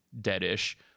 dead-ish